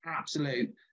absolute